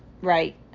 Right